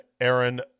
Aaron